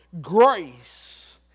grace